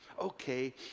Okay